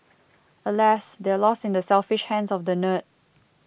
alas they're lost in the selfish hands of the nerd